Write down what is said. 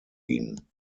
ihn